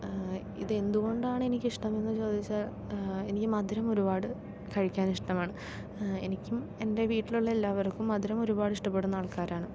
ഇതെന്തുകൊണ്ടാണ് എനിക്ക് ഇഷ്ടമെന്ന് ചോദിച്ചാൽ എനിക്ക് മധുരം ഒരുപാട് കഴിക്കാൻ ഇഷ്ടമാണ് എനിക്കും എന്റെ വീട്ടിലുള്ള എല്ലാവർക്കും മധുരം ഒരുപാട് ഇഷ്ടപ്പെടുന്ന ആൾക്കാരാണ്